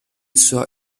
zur